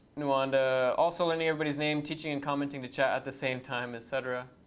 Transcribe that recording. nuwanda, also learning everybody's name, teaching and commenting to chat at the same time, et cetera.